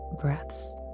breaths